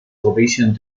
television